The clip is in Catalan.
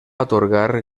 atorgar